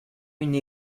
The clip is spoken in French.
une